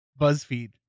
BuzzFeed